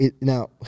Now